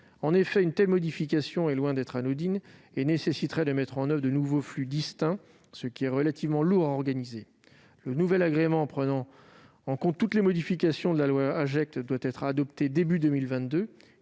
En effet, une telle modification est loin d'être anodine et nécessiterait de mettre en oeuvre de nouveaux flux distincts, lourds à organiser. Le nouvel agrément prenant en compte toutes les modifications de la loi AGEC doit être adopté début 2022.